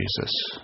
Jesus